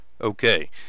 okay